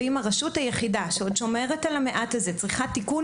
ואם הרשות היחידה שעוד שומרת על המעט הזה צריכה תיקון,